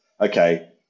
okay